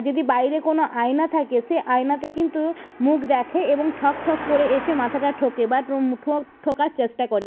যদি বাইরে কোনো আয়না থাকে সে আয়নাতে কিন্তু মুখ দেখে এবং ঠকঠক করে এসে মাথাটা ঠোকে বা ঠক্ ঠোকার চেষ্টা করে